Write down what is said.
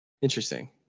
interesting